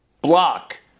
block